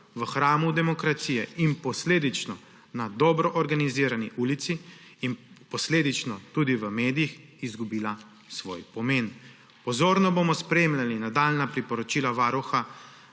v hramu demokracije in posledično na dobro organizirani ulici in posledično tudi v medijih izgubila svoj pomen. Pozorno bomo spremljali nadaljnja priporočila Varuha